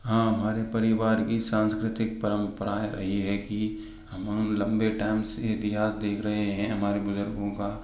हाँ हमारे परिवार की सांस्कृतिक परम्परा रही है कि हम लम्बे टाइम से इतिहास देख रहे हैं हमारे बुजुर्गों का